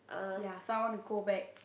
ya so I want to go back